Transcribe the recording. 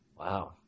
Wow